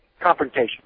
Confrontation